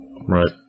Right